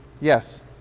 Yes